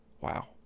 Wow